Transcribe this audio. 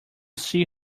see